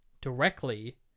directly